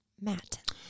Matt